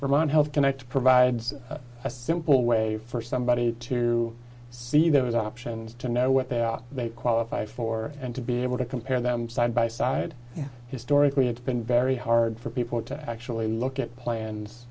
own health connect provides a simple way for somebody to see that as options to know what they are they qualify for and to be able to compare them side by side historically it's been very hard for people to actually look at plans